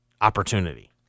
opportunity